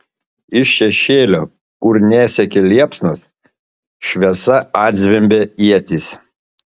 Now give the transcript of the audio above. iš šešėlio kur nesiekė liepsnos šviesa atzvimbė ietis